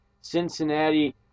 Cincinnati